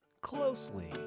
closely